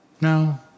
no